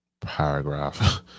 paragraph